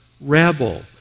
rebel